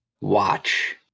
watch